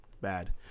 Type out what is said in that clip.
bad